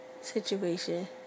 situation